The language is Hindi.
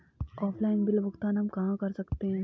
ऑफलाइन बिल भुगतान हम कहां कर सकते हैं?